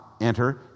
enter